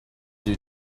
due